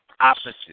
opposite